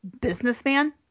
businessman